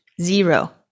zero